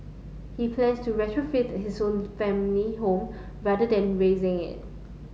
he plans to retrofit his own family home rather than razing it